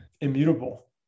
immutable